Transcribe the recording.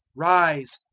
rise,